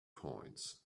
coins